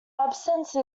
absence